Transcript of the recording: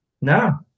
No